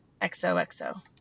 XOXO